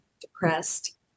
depressed